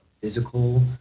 physical